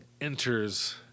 enters